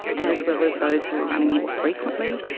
as well as those who are running more frequently.